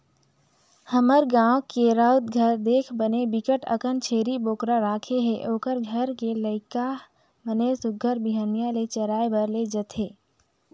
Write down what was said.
हमर गाँव के राउत घर देख बने बिकट अकन छेरी बोकरा राखे हे, ओखर घर के लइका हर बने सुग्घर बिहनिया ले चराए बर ले जथे